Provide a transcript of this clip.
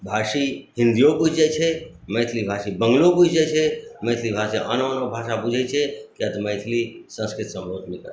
भाषी हिन्दिओ बुझि जाइ छै मैथिलीभाषी बङ्गलो बुझि जाइ छै मैथिलीभाषी आनो आनो भाषा बुझै छै किएक तऽ मैथिली संस्कृतसँ बहुत मिलल रहलै